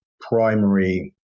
primary